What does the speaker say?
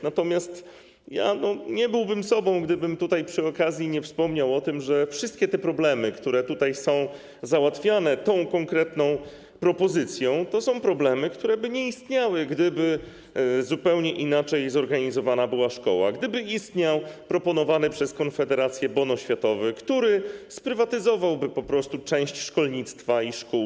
Natomiast nie byłbym sobą, gdybym przy okazji nie wspomniał o tym, że wszystkie te problemy, które są załatwione tą konkretną propozycją, to są problemy, które by nie istniały, gdyby zupełnie inaczej zorganizowana była szkoła, gdyby istniał proponowany przez Konfederację bon oświatowy, który sprywatyzowałby po prostu część szkolnictwa i szkół.